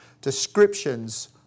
descriptions